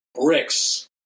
bricks